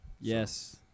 Yes